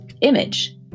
image